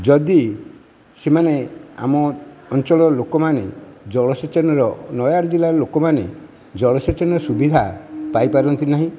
ଯଦି ସେମାନେ ଆମ ଅଞ୍ଚଳର ଲୋକମାନେ ଜଳସେଚନର ନୟାଗଡ଼ ଜିଲ୍ଲାର ଲୋକମାନେ ଜଳସେଚନର ସୁବିଧା ପାଇପାରନ୍ତି ନାହିଁ